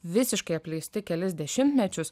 visiškai apleisti kelis dešimtmečius